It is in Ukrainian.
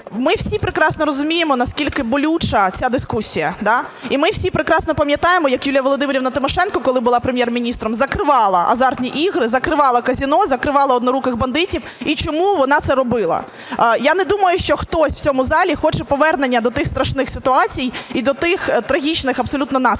Ми всі прекрасно розуміємо, наскільки болюча ця дискусія. Так? І ми всі прекрасно пам'ятаємо, як Юлія Володимирівна Тимошенко, коли була Прем'єр-міністром, закривала азартні ігри, закривала казино, закривала "одноруких бандитів", і чому вона це робила. Я не думаю, що хтось в цьому залі хоче повернення до тих страшних ситуацій і до тих трагічних абсолютно